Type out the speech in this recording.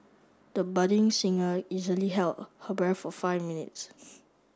the budding singer easily held her breath for five minutes